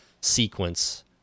sequence—